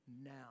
now